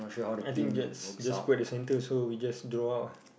I think just just put at the center so we just draw out ah